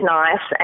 nice